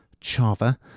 Chava